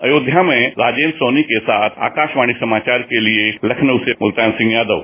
अयोध्या में राजेंद्र सोनी के साथ आकाशवाणी समाचार के लिए लखनऊ से मुल्तान सिंह यादव